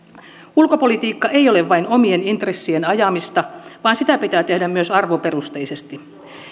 ulkopolitiikka ei ole vain omien intressien ajamista vaan sitä pitää tehdä myös arvoperustaisesti